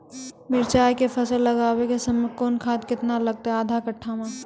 मिरचाय के फसल लगाबै के समय कौन खाद केतना लागतै आधा कट्ठा मे?